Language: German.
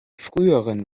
früheren